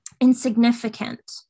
insignificant